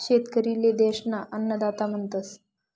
शेतकरी ले देश ना अन्नदाता म्हणतस